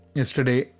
yesterday